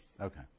Okay